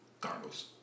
Cardinals